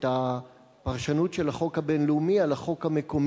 את הפרשנות של החוק הבין-לאומי על החוק המקומי,